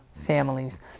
families